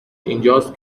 اینجاست